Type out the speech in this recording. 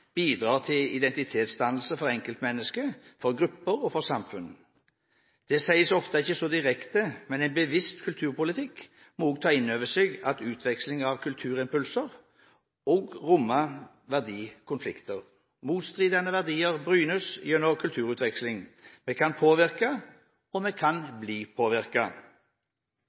til identitetsdannelse for enkeltmennesket, for grupper og for samfunn. Det sies ofte ikke så direkte, men en bevisst kulturpolitikk må også ta inn over seg at utveksling av kulturimpulser også rommer verdikonflikter. Motstridende verdier brynes gjennom kulturutveksling. Vi kan påvirke – og vi kan bli